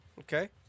Okay